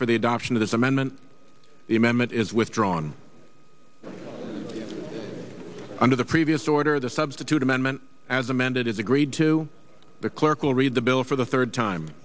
for the adoption of this amendment the amendment is withdrawn under the previous order the substitute amendment as amended is agreed to the clerk will read the bill for the third time